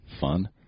fun